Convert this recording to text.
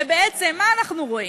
ובעצם מה אנחנו רואים?